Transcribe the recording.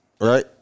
Right